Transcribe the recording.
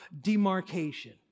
demarcation